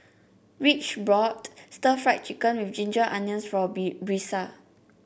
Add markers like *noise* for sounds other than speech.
Ridge brought Stir Fried Chicken with Ginger Onions for *unintelligible* Brisa